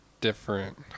Different